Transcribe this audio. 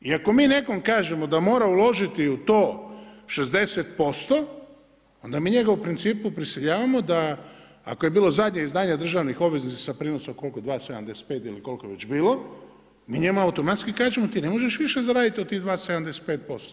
I ako mi nekome kažemo da mora uložiti u to 60%, onda mi njega u principu prisiljavamo da, ako je bilo zadnje izdanje državnih obveznica sa prinosom 2,75 ili koliko je već bilo, mi njima automatski kažemo, ti ne možeš više zaraditi od tih 2,75%